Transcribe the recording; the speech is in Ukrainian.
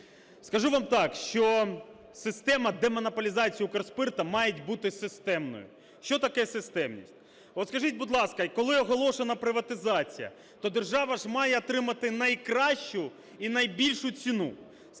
Скажу вам так, що система демонополізації "Укрспирту" має бути системною. Що таке системність? От скажіть, будь ласка, коли оголошена приватизація, то держава ж має отримати найкращу і найбільшу ціну?